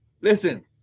Listen